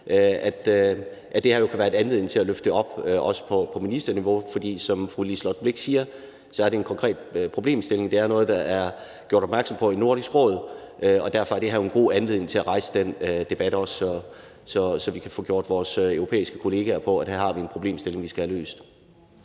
at det her jo kan være en anledning til at løfte det op også på ministerniveau. For som fru Liselott Blixt siger, er det en konkret problemstilling, og det er noget, der er blevet gjort opmærksom på i Nordisk Råd, og derfor er det her en god anledning til at rejse den debat, så vi kan få gjort vores europæiske kollegaer opmærksomme på, at vi her har en problemstilling, vi skal have løst.